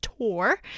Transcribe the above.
tour